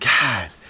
God